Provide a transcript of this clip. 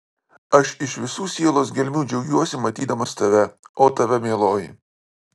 aš iš visų sielos gelmių džiaugiuosi matydamas tave o tave mieloji